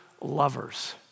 lovers